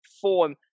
form